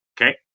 okay